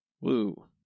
Woo